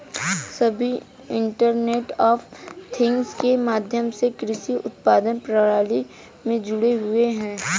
सभी internet of things के माध्यम से कृषि उत्पादन प्रणाली में जुड़े हुए हैं